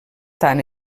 tant